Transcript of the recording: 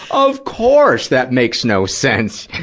of course that makes no sense!